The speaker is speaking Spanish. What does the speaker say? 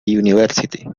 university